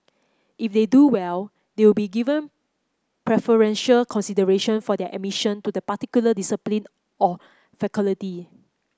if they do well they will be given preferential consideration for their admission to the particular discipline or faculty